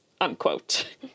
Unquote